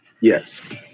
Yes